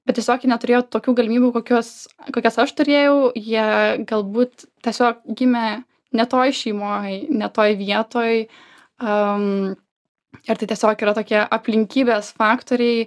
bet tiesiog jie neturėjo tokių galimybių kokios kokias aš turėjau jie galbūt tiesiog gimę ne toj šeimoj ne toj vietoj am ir tai tiesiog yra tokie aplinkybės faktoriai